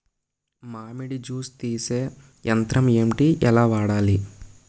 మామిడి జూస్ తీసే యంత్రం ఏంటి? ఎలా వాడాలి?